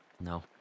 No